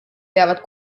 peavad